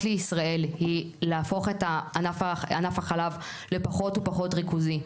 לישראל הן להפוך את ענף החלב לפחות ופחות ריכוזי,